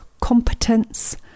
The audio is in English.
competence